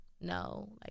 no